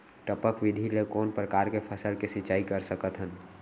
टपक विधि ले कोन परकार के फसल के सिंचाई कर सकत हन?